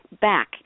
back